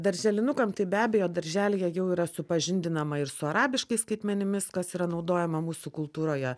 darželinukam tai be abejo darželyje jau yra supažindinama ir su arabiškais skaitmenimis kas yra naudojama mūsų kultūroje